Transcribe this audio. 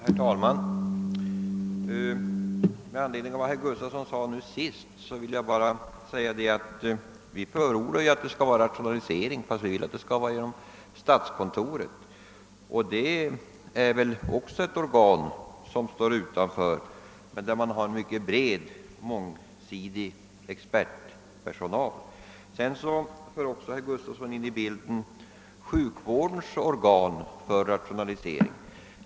Herr talman! Med anledning av vad herr Gustafsson i Uddevalla senast sade vill jag bara framhålla att även vi förordar rationaliseringsverksamhet men att vi vill att denna skall bedrivas genom statskontorets försorg. Också detta är ju ett utomstående organ, som dock har en mycket mångsidig expertpersonal. Herr Gustafsson förde vidare in i bilden sjukvårdens rationaliseringsorgan.